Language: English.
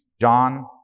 John